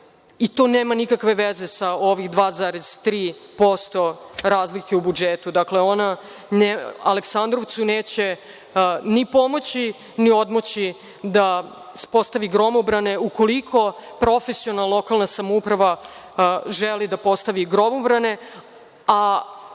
i to nema nikakve veze sa ovih 2,3% razlike u budžetu. Dakle, ona Aleksandrovcu neće ni pomoći ni odmoći da uspostavi gromobrane ukoliko lokalna samouprava želi da postavi gromobrane, a